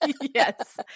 Yes